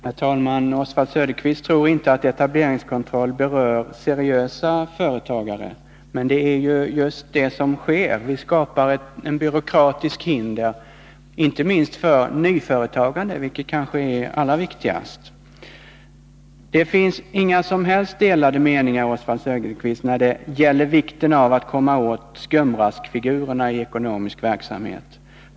Herr talman! Oswald Söderqvist tror inte att etableringskontroll berör seriösa företagare. Men det är just vad det gör. Man skapar ett byråkratiskt hinder inte minst för nyföretagande, vilket kanske är det allvarligaste. Det finns inga som helst delade meningar, när det gäller vikten av att komma åt skumraskfigurerna i ekonomisk verksamhet.